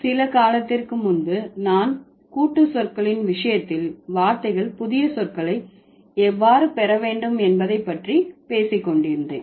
சில காலத்திற்கு முன்பு நான் கூட்டு சொற்களின் விஷயத்தில் வார்த்தைகள் புதிய சொற்களை எவ்வாறு பெறவேண்டும் என்பதை பற்றி பேசிக்கொண்டிருந்தேன்